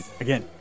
again